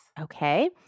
Okay